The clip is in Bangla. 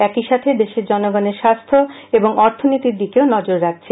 একই সাথে দেশের জনগণের স্বাস্থ্য এবং অর্থনীতির দিকেও নজর রাখছে